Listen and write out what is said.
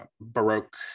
Baroque